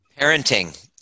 Parenting